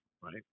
right